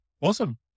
awesome